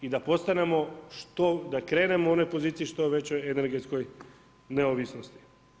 I da postanemo, što da krenemo u onoj poziciji, što većoj energetskoj neovisnosti.